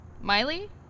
Miley